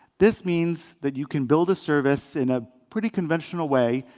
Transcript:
this means that you can build a service in a pretty conventional way,